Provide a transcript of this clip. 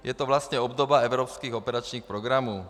Je to vlastně obdoba evropských operačních programů.